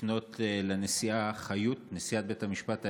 לפנות לנשיאה חיות, נשיאת בית המשפט העליון,